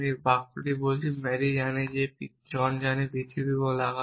এই বাক্যটি কি বলছে যে মেরি জানে যে জন জানে যে পৃথিবী গোলাকার